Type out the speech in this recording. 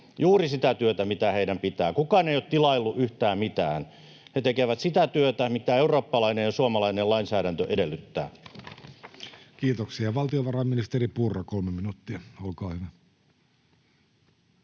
juuri sitä työtä, mitä heidän pitää. Kukaan ei ole tilaillut yhtään mitään. He tekevät sitä työtä, mitä eurooppalainen ja suomalainen lainsäädäntö edellyttävät. [Speech 35] Speaker: Jussi Halla-aho